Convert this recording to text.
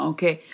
Okay